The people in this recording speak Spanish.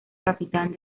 capitán